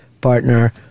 partner